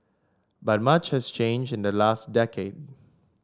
but much has changed in the last decade